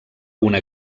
una